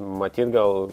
matyt gal